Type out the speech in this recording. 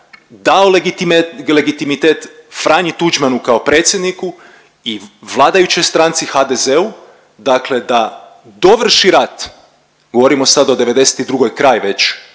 dao legitimitet Franji Tuđmanu kao predsjedniku i vladajućoj stranci HDZ-u dakle da dovrši rat, govorimo o '92., kraj već,